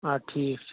آ ٹھیٖک چھُ